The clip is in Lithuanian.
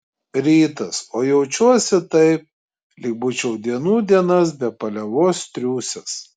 rytas o jaučiuosi taip lyg būčiau dienų dienas be paliovos triūsęs